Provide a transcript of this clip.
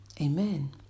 Amen